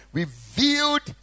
revealed